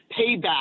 Payback